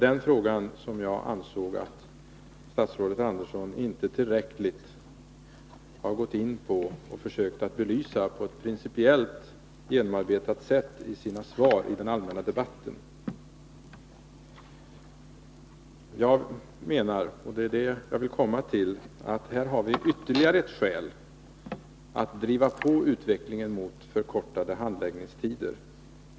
Den frågan anser jag att statsrådet Andersson inte tillräckligt gått in på eller försökt att belysa på ett principiellt genomarbetat sätt i sina svar i den allmänna debatten. Vad jag vill komma fram till är att vi här har ytterligare ett skäl för att driva på utvecklingen mot förkortade handläggningstider.